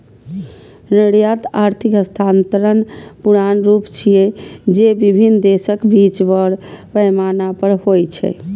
निर्यात आर्थिक हस्तांतरणक पुरान रूप छियै, जे विभिन्न देशक बीच बड़ पैमाना पर होइ छै